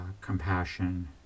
compassion